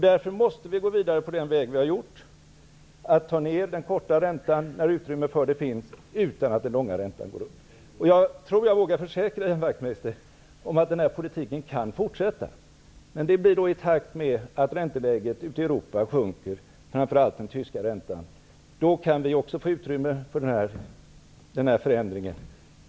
Därför måste vi gå vidare på den väg vi har valt, att ta ned den korta räntan, när utrymme för detta finns, utan att den långa räntan stiger. Jag tror att jag vågar försäkra Ian Wachtmeister om att den här politiken kan fortsätta. Men det blir då i takt med att ränteläget ute i Europa sjunker, framför allt den tyska räntan. Då kan vi också få utrymme för den här förändringen.